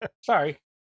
sorry